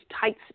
tight